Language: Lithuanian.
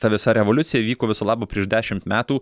ta visa revoliucija įvyko viso labo prieš dešimt metų